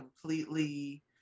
completely